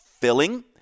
filling